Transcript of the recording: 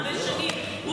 הרבה שנים.